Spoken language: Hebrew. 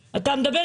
הנזכרת.